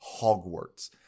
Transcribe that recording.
hogwarts